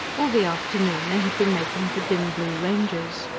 all the afternoon they had been making for dim blue ranges.